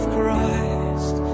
Christ